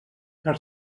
per